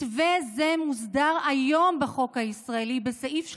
מתווה זה מוסדר היום בחוק הישראלי בסעיף 39(א)